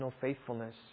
faithfulness